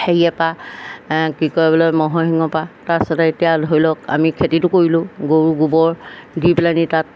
হেৰিৰপৰা কি কয় বোলে ম'হৰ সিংৰপৰা তাৰপিছতে এতিয়া ধৰি লওক আমি খেতিটো কৰিলোঁ গৰু গোবৰ দি পেলাইহেনি তাত